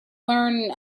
learn